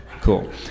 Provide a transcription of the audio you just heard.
Cool